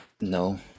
No